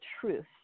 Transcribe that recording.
truth